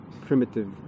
primitive